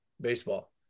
baseball